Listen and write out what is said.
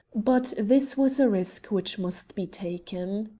but this was a risk which must be taken.